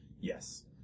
Yes